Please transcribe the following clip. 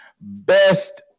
Best